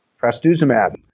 Trastuzumab